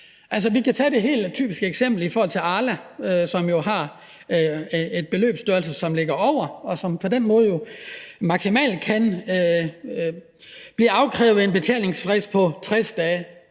vi kan tage det helt typiske eksempel med Arla, hvor beløbsstørrelsen jo ligger over, og som på den måde maksimalt kan blive afkrævet en betalingsfrist på 60 dage,